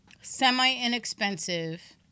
semi-inexpensive